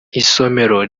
isomero